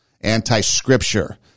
anti-Scripture